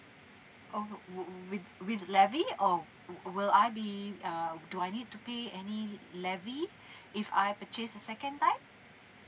oh would with with levy or will will I be uh do I need to pay any levy if I purchase a second time